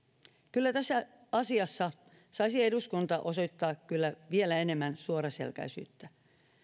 tässä asiassa saisi eduskunta kyllä osoittaa vielä enemmän suoraselkäisyyttä